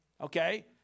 Okay